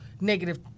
negative